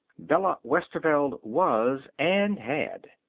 bella westerveld was and had.